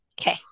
Okay